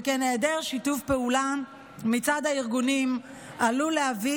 שכן היעדר שיתוף פעולה מצד הארגונים עלול להביא